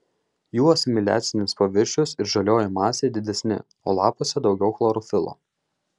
jų asimiliacinis paviršius ir žalioji masė didesni o lapuose daugiau chlorofilo